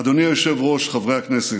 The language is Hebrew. אדוני היושב-ראש, חברי הכנסת,